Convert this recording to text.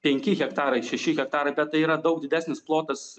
penki hektarai šeši hektarai bet tai yra daug didesnis plotas